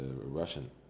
Russian